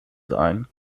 sein